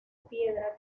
piedra